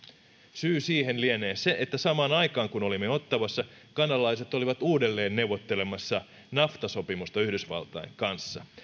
syy siihen lienee se että samaan aikaan kun olimme ottawassa kanadalaiset olivat uudelleen neuvottelemassa nafta sopimusta yhdysvaltain kanssa